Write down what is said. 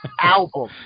album